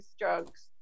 drugs